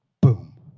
boom